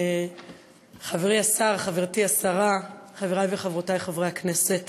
חברי השר, חברתי השרה, חברי וחברותי חברי הכנסת,